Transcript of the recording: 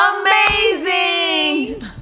amazing